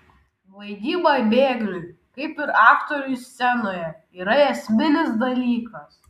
vaidyba bėgliui kaip ir aktoriui scenoje yra esminis dalykas